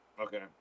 Okay